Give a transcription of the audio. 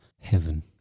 heaven